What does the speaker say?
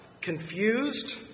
confused